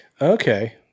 Okay